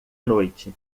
noite